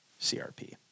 CRP